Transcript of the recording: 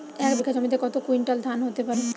এক বিঘা জমিতে কত কুইন্টাল ধান হতে পারে?